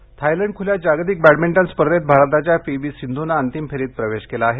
सिंध्ः Thailand ख्ल्या जागतिक badminton स्पर्धेत भारताच्या पी व्ही सिंधूनं अंतिम फेरीत प्रवेश केला आहे